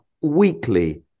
weekly